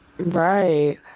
Right